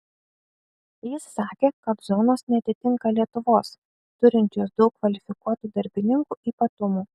jis sakė kad zonos neatitinka lietuvos turinčios daug kvalifikuotų darbininkų ypatumų